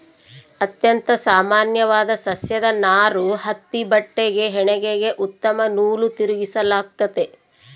ಅತ್ಯಂತ ಸಾಮಾನ್ಯವಾದ ಸಸ್ಯದ ನಾರು ಹತ್ತಿ ಬಟ್ಟೆಗೆ ಹೆಣಿಗೆಗೆ ಉತ್ತಮ ನೂಲು ತಿರುಗಿಸಲಾಗ್ತತೆ